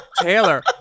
Taylor